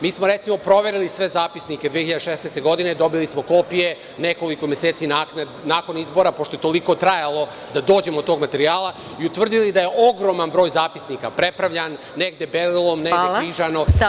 Mi smo, recimo, proverili sve zapisnike 2016. godine, dobili smo kopije, nekoliko meseci nakon izbora, pošto je toliko trajalo da dođemo do tog materijala, i utvrdili da je ogroman broj zapisnika prepravljan, negde belilom, negde je prekriženo.